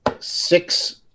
Six